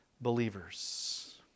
believers